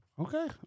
Okay